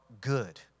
good